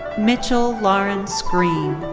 mitchell lawrence green.